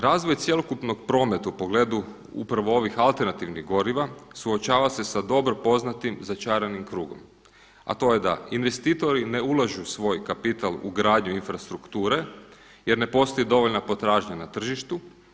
Razvoj cjelokupnog prometa u pogledu upravo ovih alternativnih goriva suočava se sa dobro poznatim začaranim krugom, a to je da investitori ne ulažu svoj kapital u gradnju infrastrukture jer ne postoji dovoljna potražnja na tržištu.